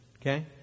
Okay